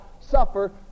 suffer